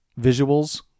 visuals